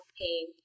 pain